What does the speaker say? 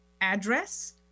address